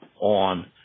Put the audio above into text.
on